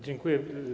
Dziękuję.